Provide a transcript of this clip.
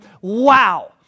Wow